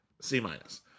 C-minus